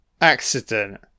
Accident